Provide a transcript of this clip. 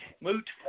Moot